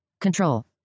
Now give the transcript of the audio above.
control